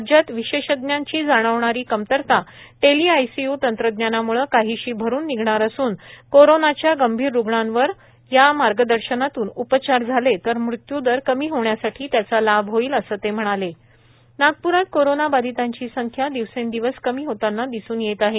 राज्यात विशेषज्ञांची जाणवणारी कमतरता टेलीआयसीयू तंत्रज्ञानामुळे काहीशी भरून निघणार असून कोरोनाच्या गंभीर रुग्णांवर विशेषज्ञांच्या मार्गदर्शनातून उपचार झाले तर मृत्यूदर कमी होण्यासाठी त्याचा लाभ होईल ते म्हणाले विदर्भ कोरोना नागप्रात कोरोंना बंधितांची संख्या दिवेसेदिवस कमी होताना दिसून येत आहे